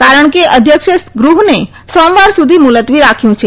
કારણ કે અધ્યક્ષે ગૃહને સોમવાર સુધી મુલત્વી રાખ્યું છે